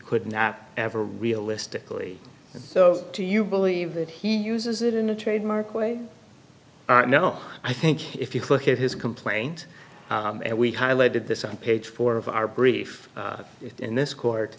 could not ever realistically and so do you believe that he uses it in a trademark way no i think if you look at his complaint and we highlighted this on page four of our brief in this court